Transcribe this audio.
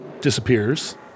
disappears